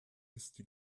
ist